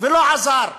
ולא עזר,